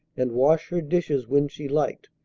and wash her dishes when she liked.